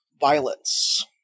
violence